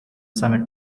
summit